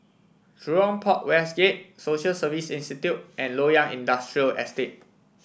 Jurong Port West Gate Social Service Institute and Loyang Industrial Estate